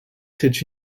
cette